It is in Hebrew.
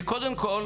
שקודם כל,